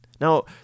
Now